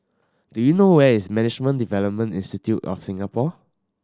do you know where is Management Development Institute of Singapore